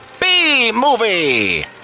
B-Movie